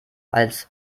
als